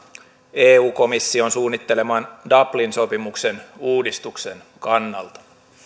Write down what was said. eu komission suunnitteleman dublin sopimuksen uudistuksen kannalta